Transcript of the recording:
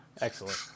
Excellent